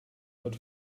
but